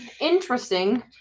interesting